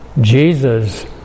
Jesus